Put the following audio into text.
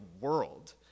world